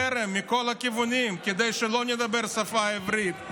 חרם, מכל הכיוונים, כדי שלא נדבר את השפה העברית.